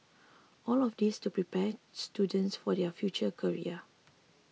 all of this to prepare students for their future career